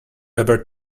ever